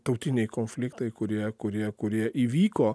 tautiniai konfliktai kurie kurie kurie įvyko